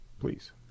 please